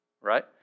right